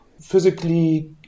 physically